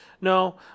no